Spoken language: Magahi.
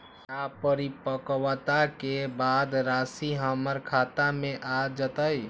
का परिपक्वता के बाद राशि हमर खाता में आ जतई?